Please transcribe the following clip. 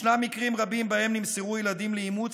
ישנם מקרים רבים שבהם נמסרו ילדים לאימוץ